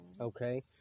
Okay